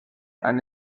han